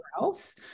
else